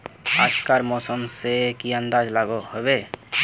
आज कार मौसम से की अंदाज लागोहो होबे?